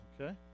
okay